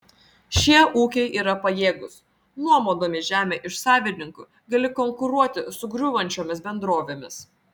šie ūkiai yra pajėgūs nuomodami žemę iš savininkų gali konkuruoti su griūvančiomis bendrovėmis